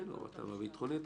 כן, או בהתאמה ביטחונית.